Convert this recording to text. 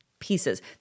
pieces